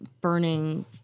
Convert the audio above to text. burning